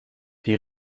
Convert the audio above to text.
die